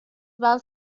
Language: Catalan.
val